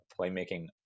playmaking